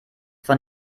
von